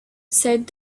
said